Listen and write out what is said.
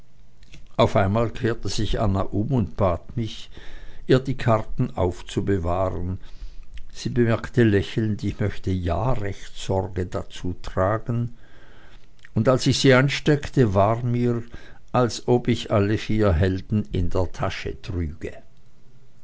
auf einmal kehrte sich anna um und bat mich ihr die karten aufzubewahren sie bemerkte lächelnd ich möchte ja recht sorge dazu tragen und als ich sie einsteckte war mir als ob ich alle vier helden in der tasche trüge